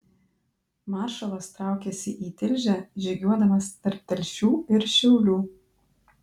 maršalas traukėsi į tilžę žygiuodamas tarp telšių ir šiaulių